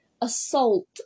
assault